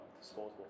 disposable